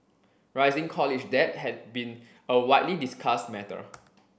rising college debt has been a widely discussed matter